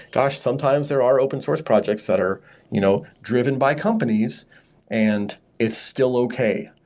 gosh! sometimes there are open source projects that are you know driven by companies and it's still okay.